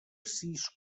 sis